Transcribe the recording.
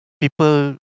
people